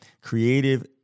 Creative